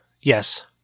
Yes